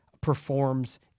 performs